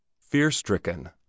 Fear-stricken